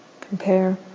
compare